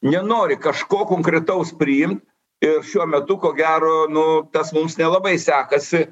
nenori kažko konkretaus priimt ir šiuo metu ko gero nu tas mums nelabai sekasi